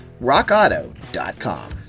Rockauto.com